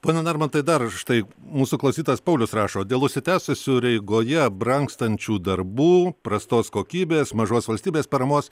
pone narmontai dar štai mūsų klausytojas paulius rašo dėl užsitęsusių ir eigoje brangstančių darbų prastos kokybės mažos valstybės paramos